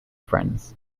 friends